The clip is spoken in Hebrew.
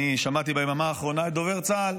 שמעתי ביממה האחרונה את דובר צה"ל,